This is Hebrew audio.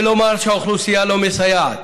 ולומר שהאוכלוסייה לא מסייעת